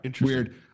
Weird